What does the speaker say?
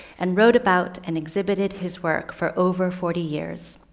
and wrote about and exhibited his work for over forty years.